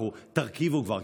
תרכיבו כבר,